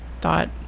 thought